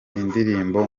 indirimbo